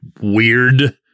weird